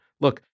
Look